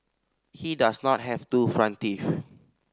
he does not have two front teeth